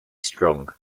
strong